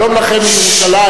שלום לכם מירושלים,